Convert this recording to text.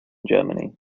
germany